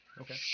Okay